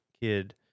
kid